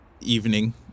evening